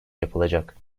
yapılacak